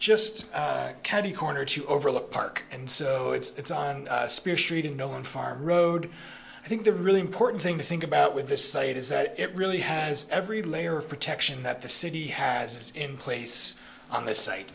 just catty corner to overlook park and so it's on speer street in no wind farm road i think the really important thing to think about with this site is that it really has every layer of protection that the city has in place on this site